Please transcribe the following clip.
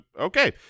Okay